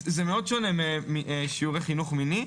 זה מאוד שונה משיעורי חינוך מיני.